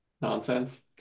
Nonsense